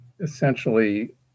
essentially